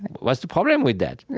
what's the problem with that?